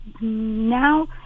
now